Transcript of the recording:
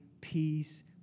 peace